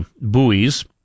buoys